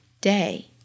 day